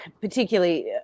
particularly